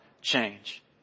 change